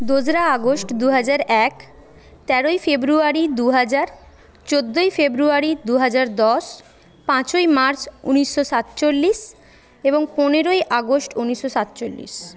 দোসরা আগস্ট দুহাজার এক তেরোই ফেব্রুয়ারি দুহাজার চৌদ্দই ফেব্রুয়ারি দুহাজার দশ পাঁচই মার্চ উনিশশো সাতচল্লিশ এবং পনেরোই আগস্ট উনিশশো সাতচল্লিশ